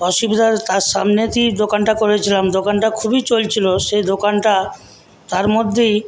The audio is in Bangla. অসুবিধা তার সামনেতেই দোকানটা করেছিলাম দোকানটা খুবই চলছিল সেই দোকানটা তার মধ্যেই